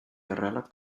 errealak